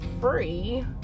free